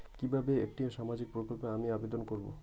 কিভাবে একটি সামাজিক প্রকল্পে আমি আবেদন করব?